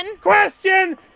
Question